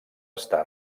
està